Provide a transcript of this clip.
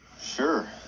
Sure